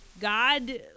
God